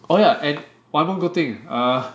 oh yeah and one good thing err